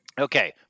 okay